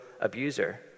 abuser